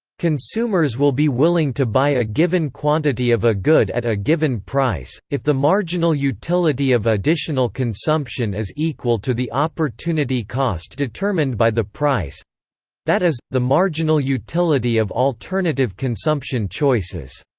consumers will be willing to buy a given quantity of a good at a given price, if the marginal utility of additional consumption is equal to the opportunity cost determined by the price that is, the marginal utility of alternative consumption choices.